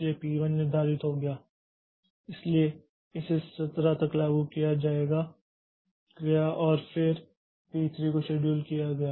इसलिए पी 1 निर्धारित हो गया इसलिए इसे 17 तक लागू किया गया और फिर पी 3 को शेड्यूल किया गया